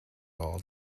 all